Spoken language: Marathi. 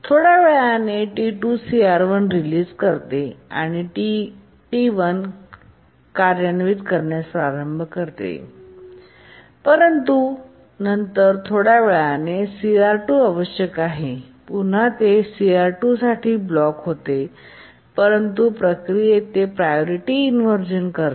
थोड्या वेळाने T2 CR1रिलीझ करते आणि T1कार्यान्वित करण्यास प्रारंभ करते परंतु नंतर थोड्या वेळाने CR2 आवश्यक आहे आणि पुन्हा ते CR2 साठी ब्लॉक होते परंतु प्रक्रियेत ते प्रायोरिटी इनव्हर्झन करते